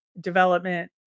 development